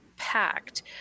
packed